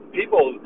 people